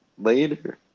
Later